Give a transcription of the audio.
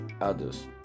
others